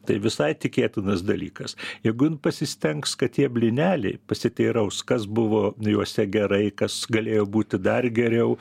tai visai tikėtinas dalykas jeigu pasistengs kad tie blyneliai pasiteiraus kas buvo juose gerai kas galėjo būti dar geriau